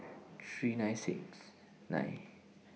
three nine six nine